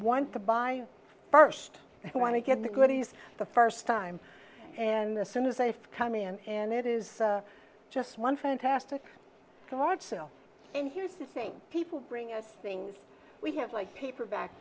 want to buy first they want to get the goodies the first time and the soon as they come in and it is just one fantastic hard sell and here's the thing people bring us things we have like paperback